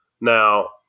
Now